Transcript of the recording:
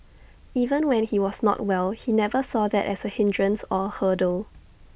even when he was not well he never saw that as A hindrance or A hurdle